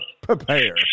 Prepare